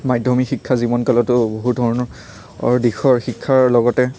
মাধ্যমিক শিক্ষা জীৱনকালতো বহুত ধৰণৰ দিশৰ শিক্ষাৰ লগতে